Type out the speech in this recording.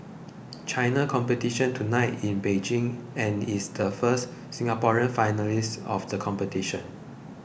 China competition tonight in Beijing and is the first Singaporean finalist of the competition